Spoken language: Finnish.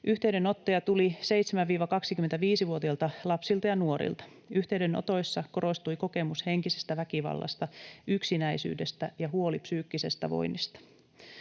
Yhteydenottoja tuli 7—25-vuotiailta lapsilta ja nuorilta. Yhteydenotoissa korostui kokemus henkisestä väkivallasta, yksinäisyydestä ja huoli psyykkisestä voinnista.